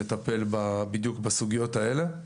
כדי לטפל בדיוק בסוגיות האלה.